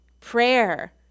prayer